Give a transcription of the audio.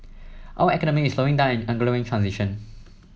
our economy is slowing down and undergoing transition